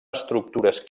estructures